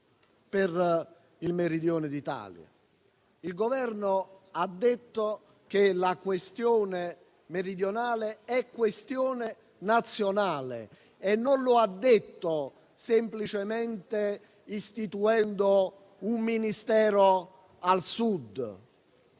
Il Governo ha detto che la questione meridionale è nazionale e non lo ha detto semplicemente istituendo un Ministero al Sud,